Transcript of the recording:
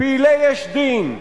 פעילי "יש דין",